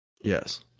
Yes